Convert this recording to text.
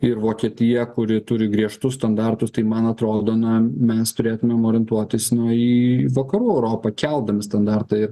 ir vokietija kuri turi griežtus standartus tai man atrodo na mes turėtumėm orientuotis na į vakarų europą keldami standartą